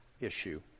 issue